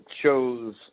shows